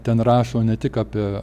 ten rašo ne tik apie